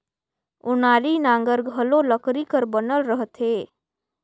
ओनारी नांगर घलो लकरी कर बनल रहथे